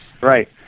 Right